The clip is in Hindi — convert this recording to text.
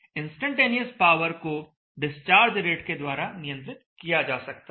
इंस्टैन्टेनियस पावर को डिस्चार्ज रेट के द्वारा नियंत्रित किया जा सकता है